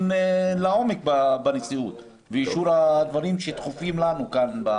לעומק בנשיאות ואישור הדברים שדחופים כאן לנו.